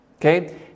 Okay